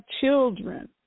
children